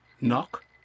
Knock